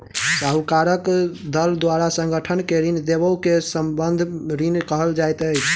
साहूकारक दल द्वारा संगठन के ऋण देबअ के संबंद्ध ऋण कहल जाइत अछि